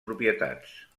propietats